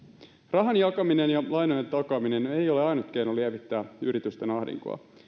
rahan jakaminen ja lainojen takaaminen ei ole ainut keino lievittää yritysten ahdinkoa